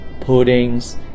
puddings